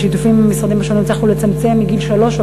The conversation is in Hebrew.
ובשיתוף עם המשרדים השונים הצלחנו לצמצם מגיל שלוש,